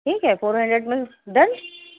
ٹھیک ہے four hundred میں ڈن